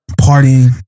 partying